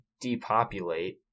depopulate